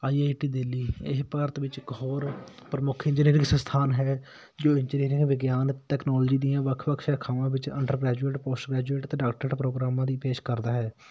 I I T Delhi ਇਹ ਭਾਰਤ ਵਿੱਚ ਇੱਕ ਹੋਰ ਪ੍ਰਮੁੱਖ ਇੰਜੀਨੀਅਰਿੰਗ ਸਥਾਨ ਹੈ ਜੋ ਇੰਜੀਨੀਅਰਿੰਗ ਵਿਗਿਆਨ ਟੈਕਨੋਲੋਜੀ ਦੀਆਂ ਵੱਖ ਵੱਖ ਸ਼ਖਾਵਾਂ ਵਿੱਚ ਅੰਡਰ ਗ੍ਰੈਜੂਏਟ ਪੋਸਟ ਗਰੈਜੂਏਟ ਅਤੇ ਡਾਕਟਰ ਪ੍ਰੋਗਰਾਮਾਂ ਦੀ ਪੇਸ਼ ਕਰਦਾ ਹੈ